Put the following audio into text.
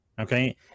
Okay